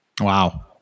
Wow